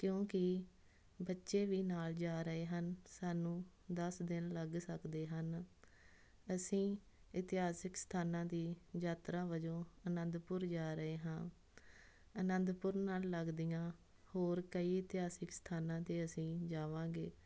ਕਿਉਂਕਿ ਬੱਚੇ ਵੀ ਨਾਲ ਜਾ ਰਹੇ ਹਨ ਸਾਨੂੰ ਦਸ ਦਿਨ ਲੱਗ ਸਕਦੇ ਹਨ ਅਸੀਂ ਇਤਿਹਾਸਿਕ ਸਥਾਨਾਂ ਦੀ ਯਾਤਰਾ ਵਜੋਂ ਆਨੰਦਪੁਰ ਜਾ ਰਹੇ ਹਾਂ ਆਨੰਦਪੁਰ ਨਾਲ ਲੱਗਦੀਆਂ ਹੋਰ ਕਈ ਇਤਿਹਾਸਿਕ ਸਥਾਨਾਂ 'ਤੇ ਅਸੀਂ ਜਾਵਾਂਗੇ